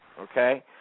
okay